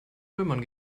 römern